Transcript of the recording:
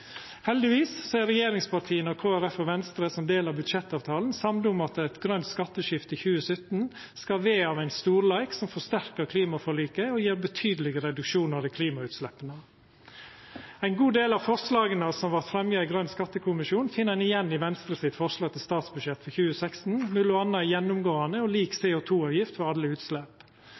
Heldigvis er regjeringspartia, Kristeleg Folkeparti og Venstre – som ein del av budsjettavtalen – samde om at eit grønt skatteskifte i 2017 skal vera av ein storleik som forsterkar klimaforliket og gjev betydelege reduksjonar i klimautsleppa. Ein god del av forslaga som vart fremja i Grøn skattekommisjon, finn ein igjen i Venstre sitt forslag til statsbudsjett for 2016, m.a. ei gjennomgåande og lik CO2-avgift for alle utslepp.